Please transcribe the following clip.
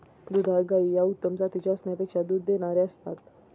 दुधाळ गायी या उत्तम जातीच्या असण्यापेक्षा दूध देणाऱ्या असतात